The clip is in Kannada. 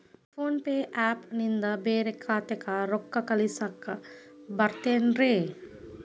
ಫೋನ್ ಪೇ ಆ್ಯಪ್ ನಿಂದ ಬ್ಯಾರೆ ಖಾತೆಕ್ ರೊಕ್ಕಾ ಕಳಸಾಕ್ ಬರತೈತೇನ್ರೇ?